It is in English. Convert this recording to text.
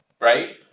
right